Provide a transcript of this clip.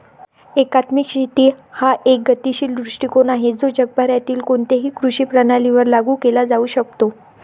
एकात्मिक शेती हा एक गतिशील दृष्टीकोन आहे जो जगभरातील कोणत्याही कृषी प्रणालीवर लागू केला जाऊ शकतो